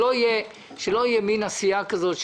שלא תהיה מין עשייה כזאת,